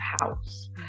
house